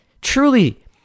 truly